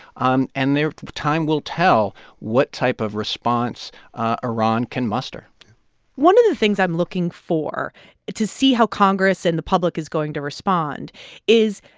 um and their time will tell what type of response iran can muster one of the things i'm looking for to see how congress and the public is going to respond is,